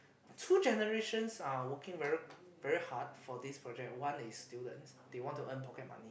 two generations are working very very hard for this project one is students they want to earn pocket money